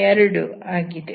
2 ಆಗಿದೆ